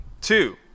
Two